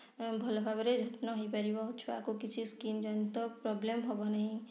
ଭଲ ଭାବରେ ଯତ୍ନ ହେଇପାରିବ ଛୁଆକୁ କିଛି ସ୍କିନ୍ ଜନିତ ପ୍ରୋବ୍ଲେମ୍ ହବ ନାହିଁ